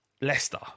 Leicester